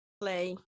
play